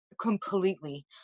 completely